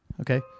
Okay